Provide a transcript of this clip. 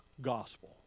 gospel